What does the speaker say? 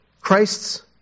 Christ's